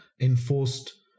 enforced